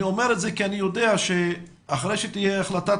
אני אומר את זה כי אני יודע שאחרי שתהיה החלטת